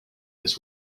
this